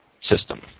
system